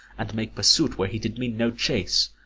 and make pursuit where he did mean no chase.